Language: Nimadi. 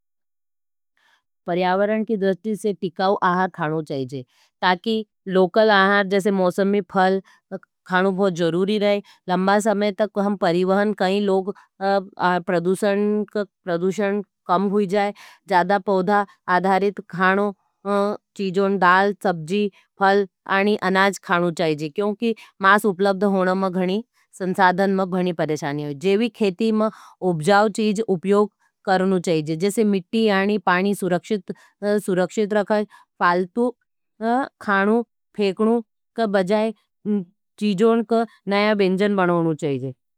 परियावरन की द्रस्टी से टिकाऊ आहार खानो चाहिए ताकि लोकल आहार, जैसे मोसंमी फल खानो बहुत जरूरी रहे। लंबा समय तक हम परीवहन, कई लोग प्रदूषण कम हुई जाए। जादा पोधा आधारित खानो चीजोन, दाल, सब्जी, फल आणी अनाज खानो चाहिज क्योंकि मास उपलब्ध होने में घणी, संसाधन में घणी परेशानी होइज। जैविक खेती में उपजाव चीज उपयोग करनो चाहिज, जैसे मिटी आणी पाणी सुरक्षित सुरक्षित रखे, फालतू खानो फेकनो के बजाए चीजोन का नया व्यंजन बनोनो चाहिए।